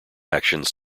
actions